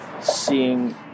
seeing